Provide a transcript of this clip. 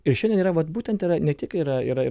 ir šiandien yra vat būtent yra ne tik yra yra ir